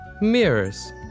Mirrors